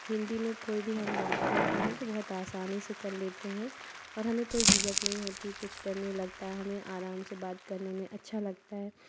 हिंदी में कोई भी हम बात करते हैं तो बहुत आसानी से कर लेते हैं और हमें कोई झिझक नहीं होती कुछ डर नहीं लगता हमें आराम से बात करने में अच्छा लगता है